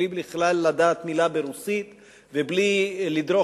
בלי לדעת בכלל מלה ברוסית ובלי שדרכו